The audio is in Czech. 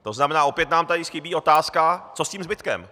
To znamená, opět nám tady chybí otázka, co s tím zbytkem.